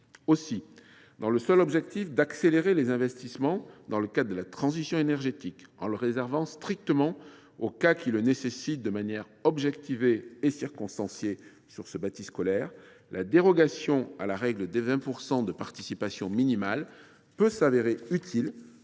Aussi, dans le seul objectif d’accélérer les investissements dans le cadre de la transition énergétique, et en la réservant strictement aux cas qui le nécessitent de manière objectivée et circonstanciée, la dérogation à la règle des 20 % de participation minimale peut s’avérer utile